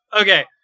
Okay